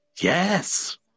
Yes